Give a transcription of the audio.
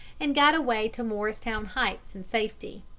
and got away to morristown heights in safety.